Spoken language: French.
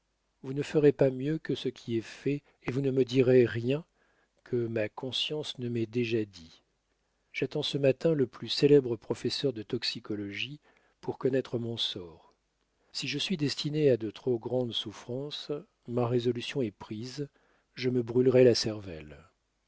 vous ne ferez pas mieux que ce qui est fait et vous ne me direz rien que ma conscience ne m'ait déjà dit j'attends ce matin le plus célèbre professeur de toxicologie pour connaître mon sort si je suis destiné à de trop grandes souffrances ma résolution est prise je me brûlerai la cervelle